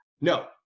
No